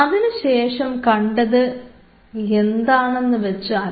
അതിനുശേഷം എന്താണ് കണ്ടത് എന്ന് വെച്ചാൽ